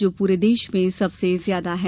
जो पूरे देश में सबसे ज्यादा है